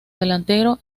delantero